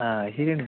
ആ അതു ശരിയാണ്